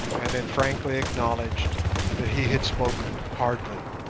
and then frankly acknowledged that he had spoken hardly.